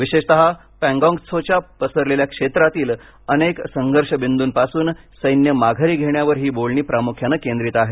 विशेषतः पँगाँग त्सोच्या पसरलेल्या क्षेत्रातील अनेक संघर्ष बिंदूपासून सैन्य माघारी घेण्यावर ही बोलणी प्रामुख्याने केंद्रित आहेत